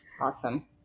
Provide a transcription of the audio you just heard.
Awesome